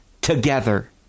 together